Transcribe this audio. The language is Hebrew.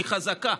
כחזקה,